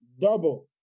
Double